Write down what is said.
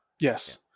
yes